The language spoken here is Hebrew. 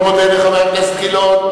אני מאוד מודה לחבר הכנסת גילאון.